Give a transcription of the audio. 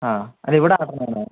ആ അത് ഇവിടെ ആട്ടുന്ന ആണോ